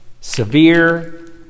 severe